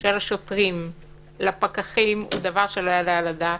של השוטרים לפקחים הוא דבר שלא יעלה על הדעת.